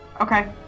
Okay